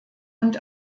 und